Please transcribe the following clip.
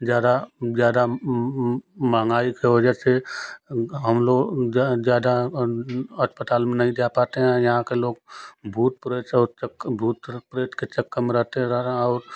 ज़्यादा ज़्यादा महंगाई की वजह से हम लोग ज़्यादा अस्पताल में नहीं जा पाते हैं यहाँ के लोग भूत प्रेत से के भूत प्रेतत के चक्कर में रहते हैं और